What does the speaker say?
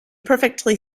perfectly